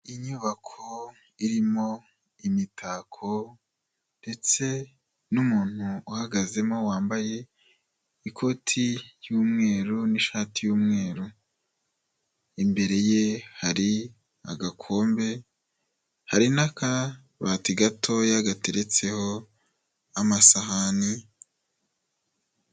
Inyubako irimo imitako ndetse n'umuntu uhagazemo wambaye ikoti ry'umweru n'ishati y'mweru, imbere ye hari agakombe, hari n'akabati gatoya gateretseho amasahani.